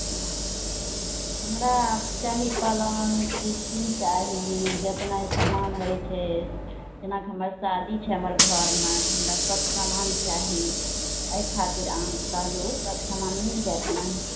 हाँ हमरा चाही पलङ्ग कुर्सी चाही जेतना समान होइ छै जेनाकि हमर शादी छै हमर घरमे तऽ हमरा सब समान चाही एहि खातिर अहाँके कहलहुॅं सब समान मिल जायत ने